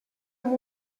amb